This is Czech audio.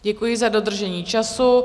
Děkuji za dodržení času.